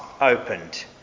opened